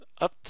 up